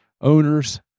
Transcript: owners